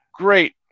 great